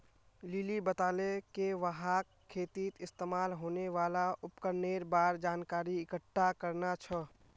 lily बताले कि वहाक खेतीत इस्तमाल होने वाल उपकरनेर बार जानकारी इकट्ठा करना छ